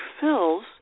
fills